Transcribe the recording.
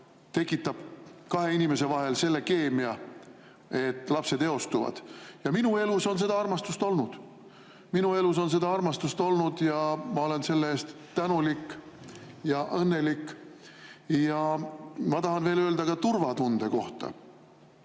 tekitab kahe inimese vahel selle keemia, et lapsed eostuvad. Ja minu elus on seda armastust olnud. Minu elus on seda armastust olnud ja ma olen selle eest tänulik ja õnnelik. Ja ma tahan veel öelda ka turvatunde kohta.